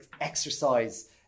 exercise